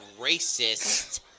racist